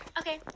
okay